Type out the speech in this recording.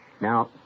Now